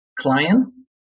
clients